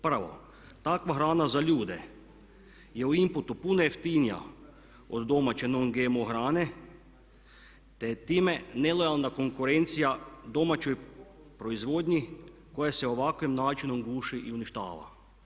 Prvo, takva hrana za ljude je u inputu puno jeftinija od domaće NON GMO hrane te time nelojalna konkurencija domaćoj proizvodnji koja se ovakvim načinom guši i uništava.